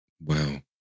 Wow